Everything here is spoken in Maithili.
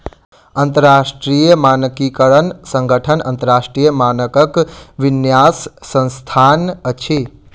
अंतरराष्ट्रीय मानकीकरण संगठन अन्तरराष्ट्रीय मानकक विन्यास संस्थान अछि